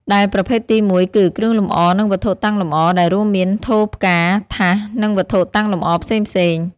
ដែលប្រភេទទីមួយគឺ គ្រឿងលម្អ និងវត្ថុតាំងលម្អ ដែលរួមមាន ថូផ្កា ថាស និងវត្ថុតាំងលម្អផ្សេងៗ។